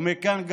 ומכאן,